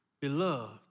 beloved